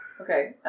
Okay